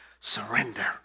surrender